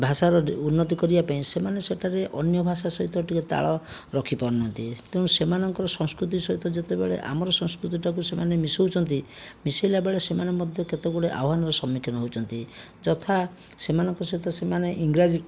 ଭାଷାର ଉନ୍ନତି କରିବା ପାଇଁ ସେମାନେ ସେଠାରେ ଅନ୍ୟ ଭାଷା ସହିତ ଟିକେ ତାଳ ରଖି ପାରୁନାହାନ୍ତି ତେଣୁ ସେମାନଙ୍କର ସଂସ୍କୃତି ସହିତ ଯେତେବେଳେ ଆମର ସଂସ୍କୃତିଟାକୁ ସେମାନେ ମିଶଉଛନ୍ତି ମିଶିଲା ବେଳେ ସେମାନେ ମଧ୍ୟ କେତେଗୁଡ଼େ ଆହ୍ଵାନର ସମ୍ମୁଖୀନ ହେଉଛନ୍ତି ଯଥା ସେମାନଙ୍କ ସହିତ ସେମାନେ ଇଂରାଜୀ